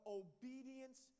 obedience